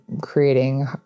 creating